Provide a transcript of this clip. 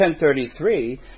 10.33